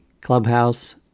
clubhouse